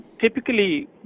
typically